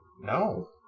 no